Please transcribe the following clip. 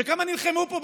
וכמה נלחמו פה,